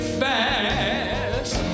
fast